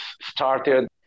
started